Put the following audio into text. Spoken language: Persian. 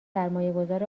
سرمایهگذار